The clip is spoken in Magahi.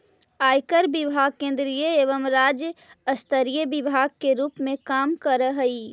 आयकर विभाग केंद्रीय एवं राज्य स्तरीय विभाग के रूप में काम करऽ हई